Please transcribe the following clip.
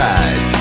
eyes